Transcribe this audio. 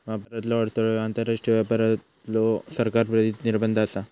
व्यापारातलो अडथळो ह्यो आंतरराष्ट्रीय व्यापारावरलो सरकार प्रेरित निर्बंध आसा